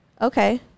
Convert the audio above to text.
Okay